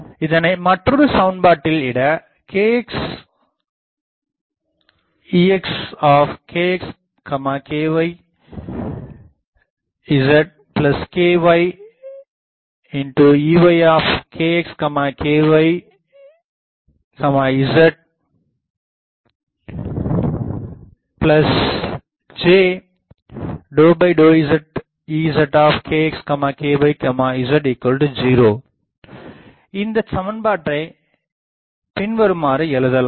இதனை மற்றொரு சமன்பாட்டில் இட kxExkx ky zkyEykx ky zjƏƏzEzkx ky z0 என்ற இந்தச் சமன்பாட்டைப் பின்வருமாறு எழுதலாம்